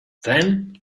then